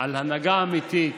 על הנהגה אמיתית,